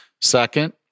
Second